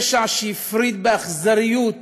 פשע שהפריד באכזריות